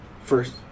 first